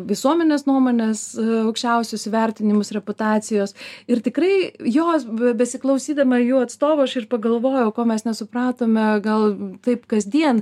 visuomenės nuomones aukščiausius įvertinimus reputacijos ir tikrai jos be besiklausydama jų atstovų aš ir pagalvojau ko mes nesupratome gal taip kasdien